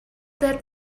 that